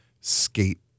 skate